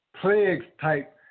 plague-type